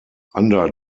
under